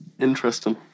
interesting